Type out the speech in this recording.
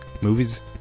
movies